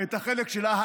את החלק שלה.